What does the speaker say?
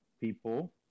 people